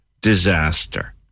disaster